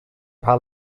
paar